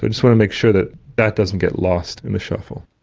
but sort of make sure that that doesn't get lost in the shuffle.